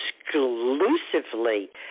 exclusively